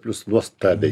plius nuostabiai